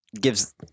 gives